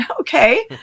Okay